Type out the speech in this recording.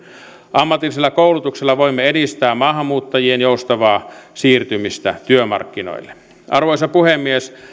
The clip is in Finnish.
ammatillisella koulutuksella voimme edistää maahanmuuttajien joustavaa siirtymistä työmarkkinoille arvoisa puhemies